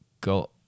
got